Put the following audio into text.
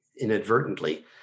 inadvertently